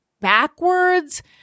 backwards